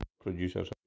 producers